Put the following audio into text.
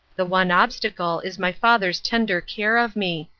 the one obstacle is my father's tender care of me,